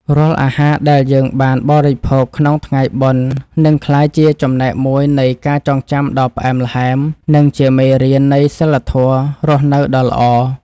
រាល់អាហារដែលយើងបានបរិភោគក្នុងថ្ងៃបុណ្យ នឹងក្លាយជាចំណែកមួយនៃការចងចាំដ៏ផ្អែមល្ហែម និងជាមេរៀននៃសីលធម៌រស់នៅដ៏ល្អ។